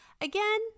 Again